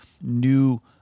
new